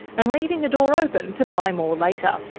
and leaving the door open to buy more later.